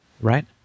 right